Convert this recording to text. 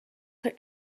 her